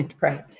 Right